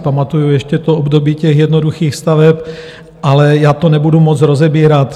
Pamatuji si ještě to období jednoduchých staveb, ale já to nebudu moc rozebírat.